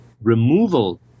removal